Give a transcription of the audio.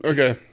Okay